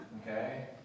Okay